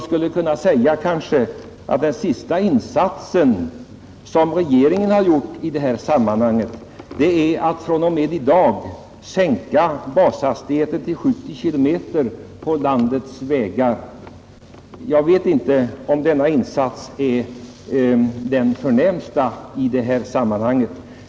Den senaste insats som regeringen gjort på det här området är att från och med i dag sänka bashastigheten till 70 km/tim. på landets vägar. Jag vet inte om denna insats är den förnämsta i det här sammanhanget.